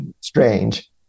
strange